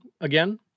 again